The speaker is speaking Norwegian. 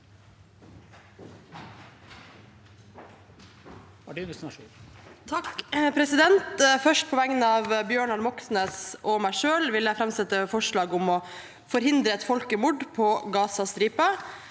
På vegne av Bjørnar Moxnes og meg selv vil jeg framsette forslag om å forhindre et folkemord på Gazastripen.